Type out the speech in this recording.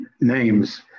Names